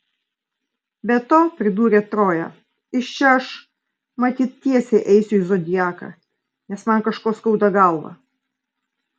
be to pridūrė troja iš čia aš matyt tiesiai eisiu į zodiaką nes man kažko skauda galvą